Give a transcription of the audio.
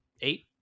Eight